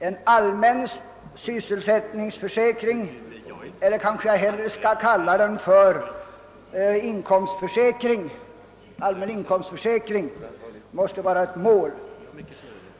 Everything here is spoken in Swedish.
En allmän sysselsättningsförsäkring — eller mähända jag hellre bör kalla den för en allmän inkomstförsäkring — måste va ra ett mål.